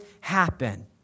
happen